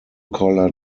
color